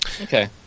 Okay